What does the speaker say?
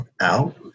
out